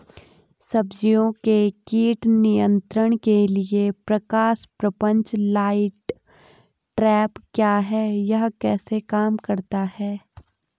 सब्जियों के कीट नियंत्रण के लिए प्रकाश प्रपंच लाइट ट्रैप क्या है यह कैसे काम करता है?